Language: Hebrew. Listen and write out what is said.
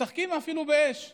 משחקים באש אפילו,